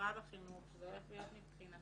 ממשרד החינוך שזה הולך להיות מבחינתם